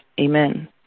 Amen